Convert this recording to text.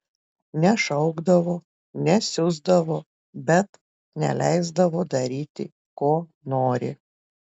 nešaukdavo nesiusdavo bet neleisdavo daryti ko nori